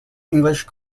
english